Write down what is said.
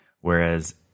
whereas